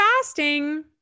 fasting